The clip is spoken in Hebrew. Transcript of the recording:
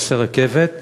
פסי רכבת,